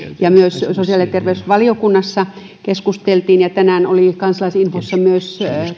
myös sosiaali ja terveysvaliokunnassa keskusteltiin ja tänään oli kansalaisinfossa myös